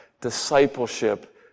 discipleship